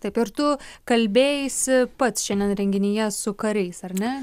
taip ir tu kalbėjaisi pats šiandien renginyje su kariais ar ne